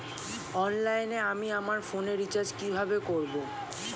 অনলাইনে আমি আমার ফোনে রিচার্জ কিভাবে করব?